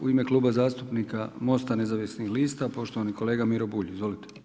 U ime Kluba zastupnika MOST-a nezavisnih lista poštovani kolega Miro Bulj, izvolite.